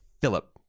Philip